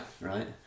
Right